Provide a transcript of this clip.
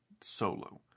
Solo